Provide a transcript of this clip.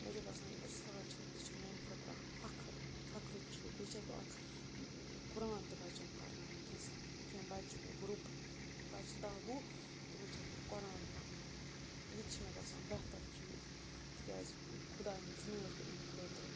مےٚ چھُ باسان یہِ اُستاد چھےٚ یہِ چھِ میٛانہِ خٲطرٕ اَکھ فخر فخرُک چیٖز بیٚیہِ چھَس بہٕ اَکھ قران تہِ بَچَن پَرناوان کینٛژھَن کینٛہہ بَچہِ گرُپ بَچہِ دَہ وُہ تِمَن چھَس بہٕ قران پَرناوان یہِ تہِ چھِ مےٚ باسان بہتر چیٖز تِکیٛازِ خۄدایَن چُنہٕس حظ بہٕ امہِ خٲطرٕ